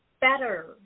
better